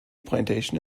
plantation